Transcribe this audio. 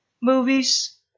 movies